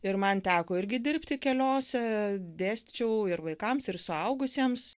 ir man teko irgi dirbti keliose dėsčiau ir vaikams ir suaugusiems